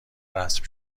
رسم